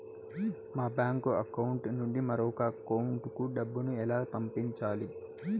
మా bank account నుండి మరొక అకౌంట్ కు డబ్బును ఎలా పంపించాలి